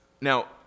Now